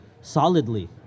solidly